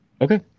Okay